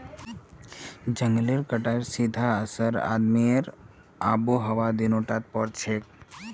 जंगलेर कटाईर सीधा असर आदमी आर आबोहवात दोनों टात पोरछेक